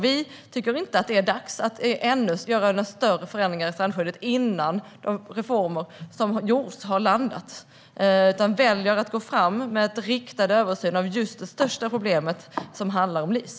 Vi tycker inte att det är dags än att göra några större förändringar av strandskyddet, innan de reformer som genomfördes har landat. Vi väljer att gå fram med en riktad översyn av det största problemet, som handlar om LIS.